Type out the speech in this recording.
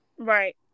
Right